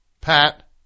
Pat